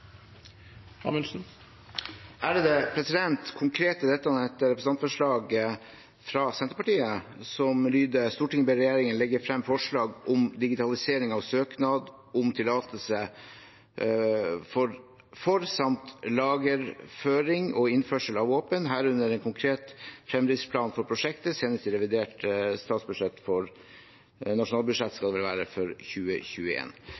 Konkret er dette et representantforslag fra Senterpartiet, som lyder: «Stortinget ber regjeringen legge frem forslag om digitalisering av søknad om tillatelse for samt lagerføring og innførsel av våpen, herunder en konkret fremdriftsplan for prosjektet, senest i revidert statsbudsjett for 2021.» Det skal vel være revidert nasjonalbudsjett.